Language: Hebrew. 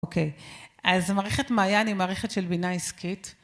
אוקיי. אז מערכת מעיין היא מערכת של בינה עסקית.